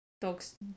dogs